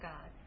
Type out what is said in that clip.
God